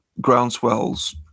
Groundswell's